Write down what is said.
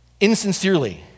insincerely